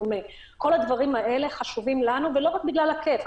כל הדברים האלה חשובים לנו ולא רק בגלל הכייף.